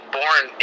born